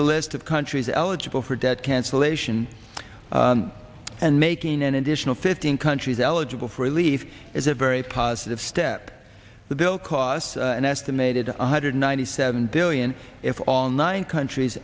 the list of countries eligible for debt cancellation and making an additional fifteen countries eligible for relief is a very positive step the bill costs an estimated one hundred ninety seven billion if all nine countries